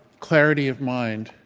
clarity of mind.